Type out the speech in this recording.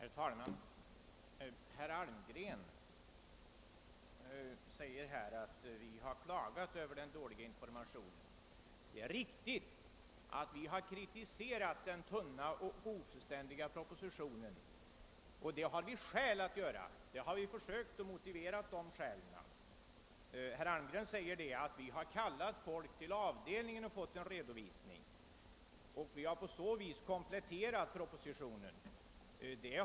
Herr talman! Herr Almgren säger att vi har klagat över informationen. Det är riktigt att vi har kritiserat den tunna och ofullständiga propositionen, och det har vi skäl att göra. Vi har också försökt att ange de skälen. Herr Almgren säger att vi har kallat folk till avdelningen och fått en redovisning och att vi på så vis har fått propositionen kompletterad.